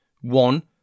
one